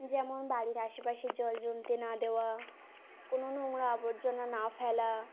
যেমন বাড়ির আশেপাশে জল জমতে না দেওয়া কোনো নোংরা আবর্জনা না ফেলা